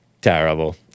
Terrible